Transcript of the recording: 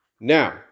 Now